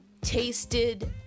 tasted